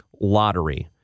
lottery